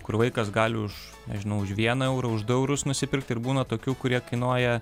kur vaikas gali už nežinau už vieną eurą už du eurus nusipirkt ir būna tokių kurie kainuoja